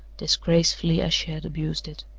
disgracefully as she had abused it.